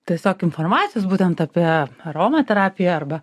tiesiog informacijos būtent apie aromaterapiją arba